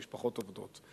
הן משפחות עובדות.